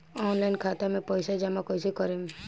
Online खाता मे पईसा जमा कइसे करेम?